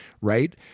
right